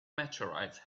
meteorite